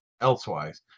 elsewise